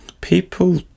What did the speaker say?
People